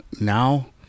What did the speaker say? now